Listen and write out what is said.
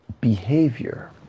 Behavior